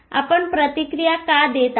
आपण प्रतिक्रिया का देत आहात